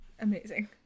Amazing